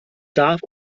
darf